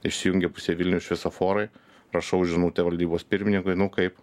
išsijungė pusė vilniaus šviesoforai rašau žinutę valdybos pirmininkui nu kaip